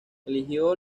eligió